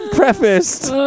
prefaced